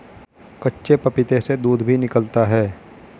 कच्चे पपीते से दूध भी निकलता है